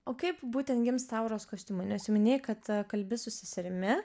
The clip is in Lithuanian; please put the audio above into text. o kaip būtent gimsta auros kostiumai nes jau minėjai kad kalbi su seserimi